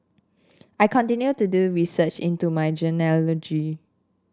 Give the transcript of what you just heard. I continue to do research into my genealogy